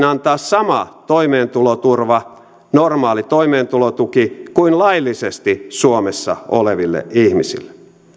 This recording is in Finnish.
antaa sama toimeentuloturva normaali toimeentulotuki kuin laillisesti suomessa oleville ihmisille